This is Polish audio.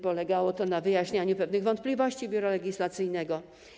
Polegało to na wyjaśnianiu pewnych wątpliwości Biura Legislacyjnego.